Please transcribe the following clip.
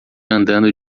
andando